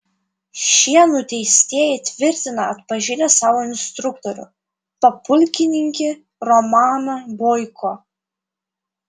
šie nuteistieji tvirtina atpažinę savo instruktorių papulkininkį romaną boiko